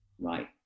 right